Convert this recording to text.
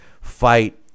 fight